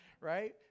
Right